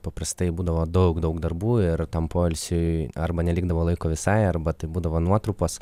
paprastai būdavo daug daug darbų ir tam poilsiui arba nelikdavo laiko visai arba tai būdavo nuotrupos